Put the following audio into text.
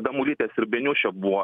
damulytės ir beniušio buvo